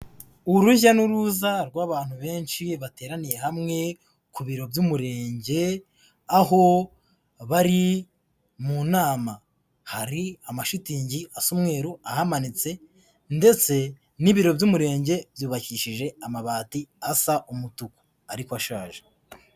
Urujya n'uruza rw'abantu benshi bateraniye hamwe ku biro by'umurenge aho bari mu nama. Hari amashitingi asa umweru, ahamanitse ndetse n'ibiro by'umurenge byubakishije amabati asa umutuku ariko ashaje.